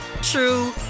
true